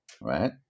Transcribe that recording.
Right